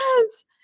Yes